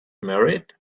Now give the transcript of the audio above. married